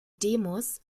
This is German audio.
demos